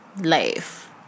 life